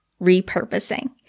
repurposing